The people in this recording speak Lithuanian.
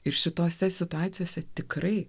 ir šitose situacijose tikrai